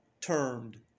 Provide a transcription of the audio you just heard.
termed